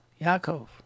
Yaakov